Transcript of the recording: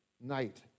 night